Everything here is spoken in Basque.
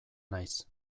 naiz